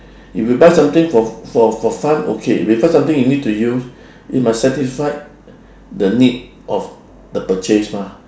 if you buy something for for for fun okay if you buy something you need to use it must satisfy the need of the purchase mah